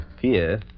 Fear